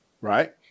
right